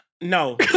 No